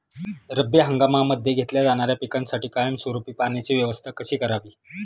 रब्बी हंगामामध्ये घेतल्या जाणाऱ्या पिकांसाठी कायमस्वरूपी पाण्याची व्यवस्था कशी करावी?